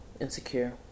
Insecure